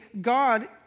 God